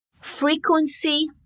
Frequency